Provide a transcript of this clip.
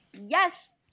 Yes